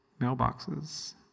mailboxes